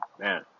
man